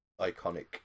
iconic